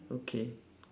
okay